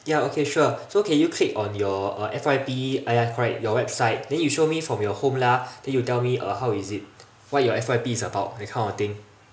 ya okay sure so can you click on your uh F_Y_P ah ya correct your website then you show me from your home lah then you tell uh me how is it what your F_Y_P is about that kind of thing